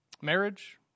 marriage